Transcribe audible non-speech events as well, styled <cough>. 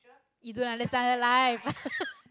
you don't understand a life <laughs>